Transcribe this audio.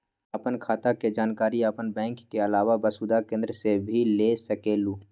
आपन खाता के जानकारी आपन बैंक के आलावा वसुधा केन्द्र से भी ले सकेलु?